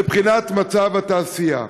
לבחינת מצב התעשייה.